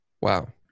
Wow